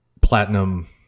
platinum